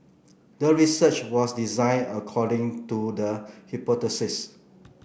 the research was designed according to the hypothesis